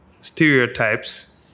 stereotypes